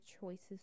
choices